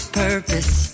purpose